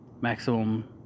maximum